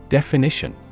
Definition